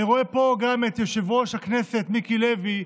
אני רואה פה גם את יושב-ראש הכנסת מיקי לוי,